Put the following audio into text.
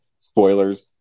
spoilers